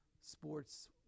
sports